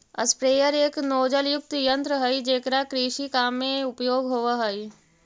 sprayer एक नोजलयुक्त यन्त्र हई जेकरा कृषि काम में उपयोग होवऽ हई